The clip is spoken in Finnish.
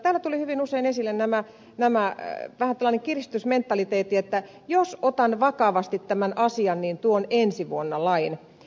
täällä tuli hyvin usein esille tämä vähän tällainen kiristysmentaliteetti että jos otan vakavasti tämän asian niin tuon ensi vuonna lain